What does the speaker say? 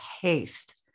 taste